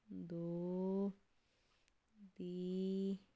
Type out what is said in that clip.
ਦੋ ਦੀ